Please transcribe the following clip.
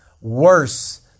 worse